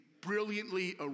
brilliantly